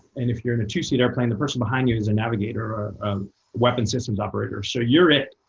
and if you're in a two seater airplane, the person behind you is a navigator, a weapon systems operator. so you're it.